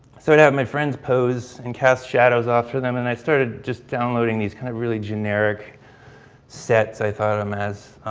so, and i have my friends pose and cast shadows off for them and i started just downloading these kind of really generic sets i thought of them as,